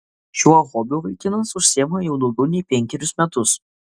šiuo hobiu vaikinas užsiima jau daugiau nei penkerius metus